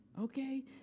okay